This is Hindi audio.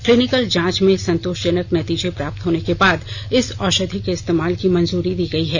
क्लीनिकल जांच में संतोषजनक नतीजे प्राप्त होने के बाद इस औषधि के इस्तेमाल की मंजूरी दी गई है